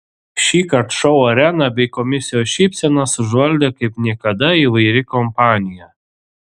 šįkart šou areną bei komisijos šypsenas užvaldė kaip niekada įvairi kompanija